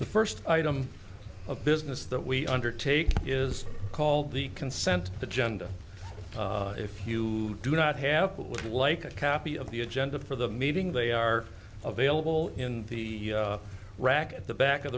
the first item of business that we undertake is called the consent agenda if you do not have like a copy of the agenda for the meeting they are available in the rack at the back of